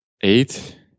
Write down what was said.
eight